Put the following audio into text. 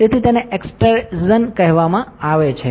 તેથી તેને એક્સટ્રેઝન કહેવામાં આવે છે